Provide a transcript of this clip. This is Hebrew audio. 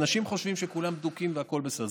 אנשים חושבים שכולם בדוקים והכול בסדר.